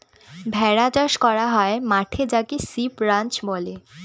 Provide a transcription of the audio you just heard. ভেড়া চাষ করা হয় মাঠে যাকে সিপ রাঞ্চ বলে